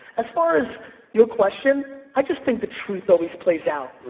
as far as your question, i just think the truth always plays out.